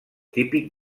típic